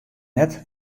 net